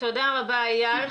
תודה רבה, אייל.